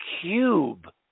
cube